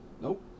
Nope